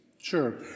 Sure